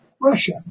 Russia